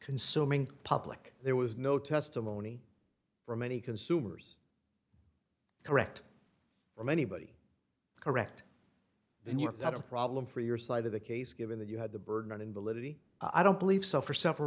consuming public there was no testimony from any consumers correct or anybody correct then you have got a problem for your side of the case given that you had the burden on invalidity i don't believe so for several